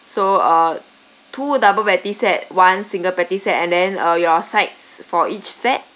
so uh two double patty set one single patty set and then uh your sides for each set